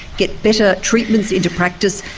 get better treatments into practice,